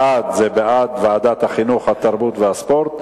בעד, זה בעד ועדת החינוך, התרבות והספורט.